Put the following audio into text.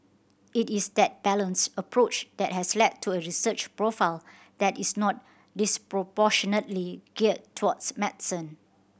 it is that balanced approach that has led to a research profile that is not disproportionately geared towards medicine